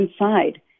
inside